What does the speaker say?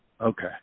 Okay